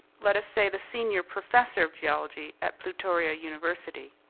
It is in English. let us say the senior professor of geology at plutoria university.